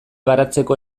baratzeko